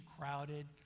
crowded